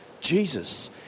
Jesus